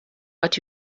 what